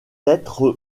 être